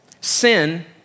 Sin